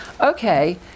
okay